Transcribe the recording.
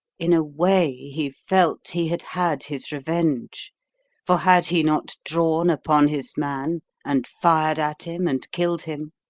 in a way, he felt he had had his revenge for had he not drawn upon his man, and fired at him and killed him?